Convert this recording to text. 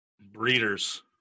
breeders